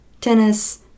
tennis